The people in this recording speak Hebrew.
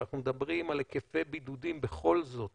ואנחנו מדברים על היקפי בידודים בכל זאת